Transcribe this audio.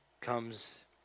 comes